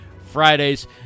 Fridays